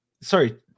sorry